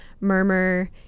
murmur